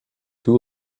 two